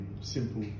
simple